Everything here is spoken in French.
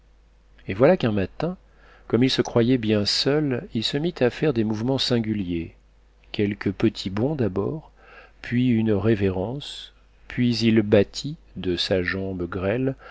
et voilà qu'un matin comme il se croyait bien seul il se mit à faire des mouvements singuliers quelques petits bonds d'abord puis une révérence puis il battit de sa jambe grêle